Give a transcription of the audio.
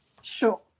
Sure